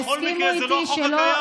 בכל מקרה, זה לא החוק הקיים.